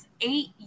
eight